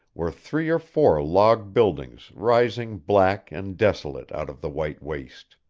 were three or four log buildings rising black and desolate out of the white waste.